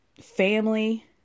Family